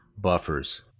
buffers